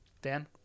Dan